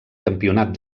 campionat